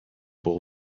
bull